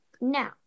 Now